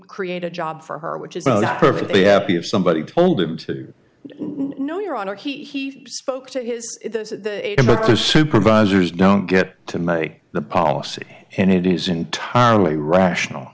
create a job for her which is perfectly happy if somebody told him to no your honor he spoke to his supervisors don't get to make the policy and it is entirely rational